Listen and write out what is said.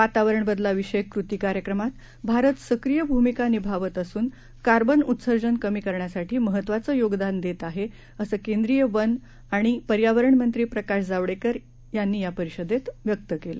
वातावरण बदलविषयक कृती कार्यक्रमात भारत सक्रीय भूमिका निभावत असून कार्बन उत्सर्जन कमी करण्यासाठी महत्त्वाचं योगदान देत आहे असं केंद्रीय वनं आणि पर्यावरण मंत्री प्रकाश जावडेकर यांनी या परिषदेत मत व्यक्त केलं